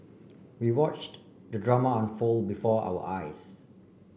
we watched the drama unfold before our eyes